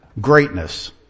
greatness